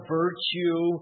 virtue